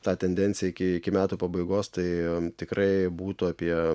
tą tendenciją iki iki metų pabaigos tai tikrai būtų apie